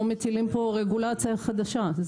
לא מטילים פה רגולציה חדשה.